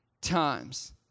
times